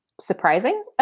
surprising